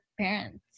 parents